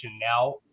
now